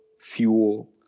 fuel